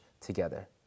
together